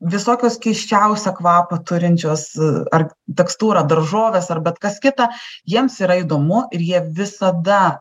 visokios keisčiausią kvapą turinčios ar tekstūrą daržovės ar bet kas kita jiems yra įdomu ir jie visada